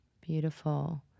beautiful